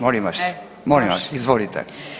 Molim vas, molim vas, izvolite.